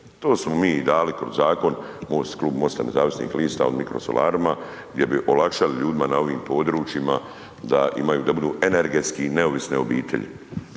To smo mi dali kroz zakon Klub Mosta nezavisnih lista od … /ne razumije se/… gdje bi olakšali ljudima na ovim područjima da imaju dobru energetski neovisne obitelji.